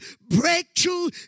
Breakthrough